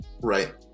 Right